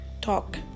talk